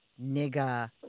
nigga